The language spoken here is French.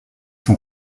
son